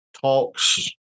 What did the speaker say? talks